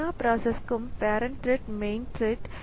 எல்லா ப்ராசஸ்கும் parent thread main thread